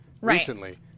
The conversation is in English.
recently